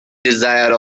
desire